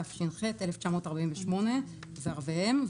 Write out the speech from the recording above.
התש"ח-1948 וערביהם,